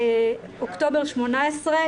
אוקטובר 2018,